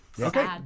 Okay